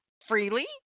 Freely